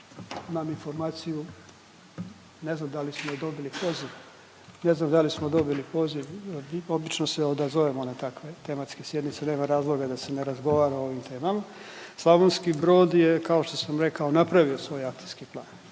dobili poziv, ne znam da li smo dobili poziv, obično se odazovemo na takve tematske sjednice, nema razloga da se ne razgovara o ovim temama. Slavonski Brod je, kao što sam rekao, napravio svoj akcijski plan,